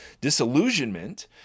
disillusionment